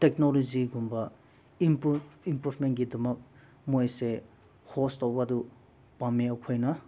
ꯇꯦꯛꯅꯣꯂꯣꯖꯤꯒꯨꯝꯕ ꯏꯝꯄ꯭ꯔꯨꯞꯃꯦꯟꯒꯤꯗꯃꯛ ꯃꯣꯏꯁꯦ ꯍꯣꯁ ꯇꯧꯕꯗꯨ ꯄꯥꯝꯃꯦ ꯑꯩꯈꯣꯏꯅ